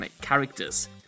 characters